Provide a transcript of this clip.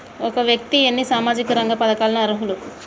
ఒక వ్యక్తి ఎన్ని సామాజిక రంగ పథకాలకు అర్హులు?